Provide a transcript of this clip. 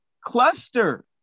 cluster